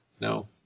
No